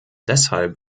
deshalb